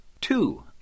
Two